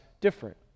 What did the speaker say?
different